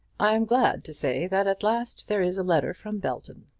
i am glad to say that at last there is a letter from belton.